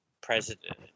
president